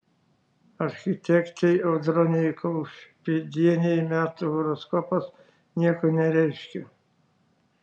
architektei audronei kaušpėdienei metų horoskopas nieko nereiškia